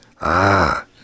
Ah